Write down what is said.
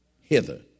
hither